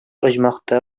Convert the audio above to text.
оҗмахта